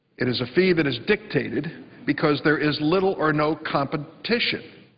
it is a fee that is dictated because there is little or no competition.